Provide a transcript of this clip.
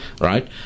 Right